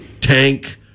Tank